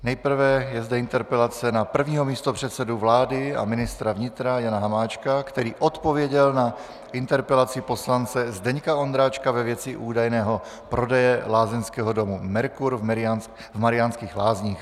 Nejprve je zde interpelace na prvního místopředsedu vlády a ministra vnitra Jana Hamáčka, který odpověděl na interpelaci poslance Zdeňka Ondráčka ve věci údajného prodeje lázeňského domu Mercur v Mariánských Lázních.